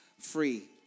free